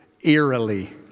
eerily